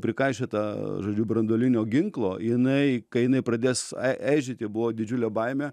prikaišiota žodžiu branduolinio ginklo jinai kai jinai pradės ei eižėti buvo didžiulė baimė